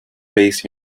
based